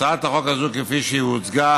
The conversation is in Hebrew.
הצעת החוק הזאת, כפי שהיא הוצגה